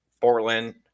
portland